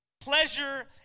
pleasure